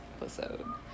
episode